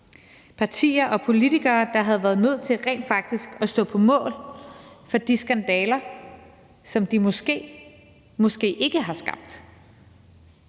partier og politikere, der havde været nødt til rent faktisk at stå på mål for de skandaler, som de måske eller måske